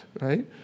right